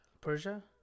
Persia